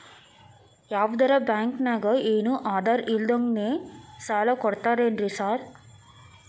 ಯಾವದರಾ ಬ್ಯಾಂಕ್ ನಾಗ ಏನು ಆಧಾರ್ ಇಲ್ದಂಗನೆ ಸಾಲ ಕೊಡ್ತಾರೆನ್ರಿ ಸಾರ್?